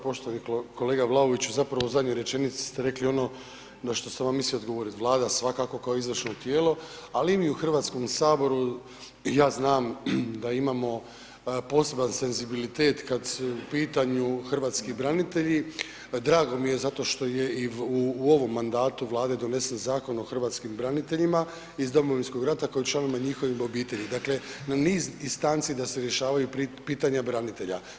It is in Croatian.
Poštovani kolega Vlaoviću, zapravo u zadnjoj rečenici ste rekli ono na što sam vam mislio odgovoriti, Vlada svakako kao izvršno tijelo, ali i mi u Hrvatskom saboru, i ja znam da imamo poseban senzibilitet kad su u pitanju hrvatski branitelji, drago mi je zato što je i u ovom mandatu Vlade donesen Zakon o hrvatskim braniteljima iz Domovinskog rata kao i članovima njihovih obitelji, dakle, na niz instanci da se rješavaju pitanja branitelja.